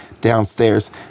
downstairs